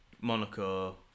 Monaco